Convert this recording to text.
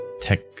Tech